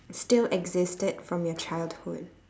still existed from your childhood